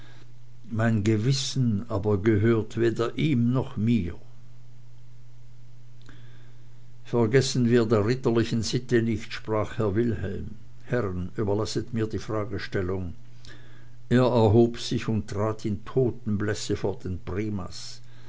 mein gewissen aber gehört weder ihm noch mir vergessen wir der ritterlichen sitte nicht sprach herr wilhelm herren überlasset mir die fragestellung er erhob sich und trat in totenblässe vor den primas